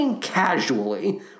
casually